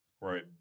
Right